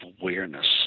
awareness